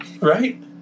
Right